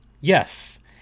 Yes